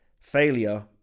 failure